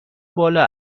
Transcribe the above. بالا